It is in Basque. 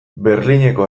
berlineko